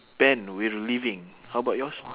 ben we're leaving how about yours